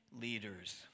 leaders